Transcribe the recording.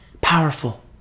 powerful